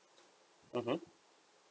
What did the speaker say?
mmhmm